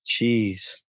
Jeez